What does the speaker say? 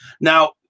Now